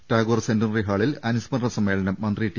Tagore centenary ഹാളിൽ അനു സ്മരണ സമ്മേളനം മന്ത്രി ടി